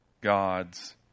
God's